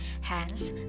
Hence